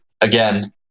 again